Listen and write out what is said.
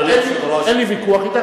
אין לי ויכוח אתך,